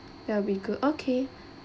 that will be good okay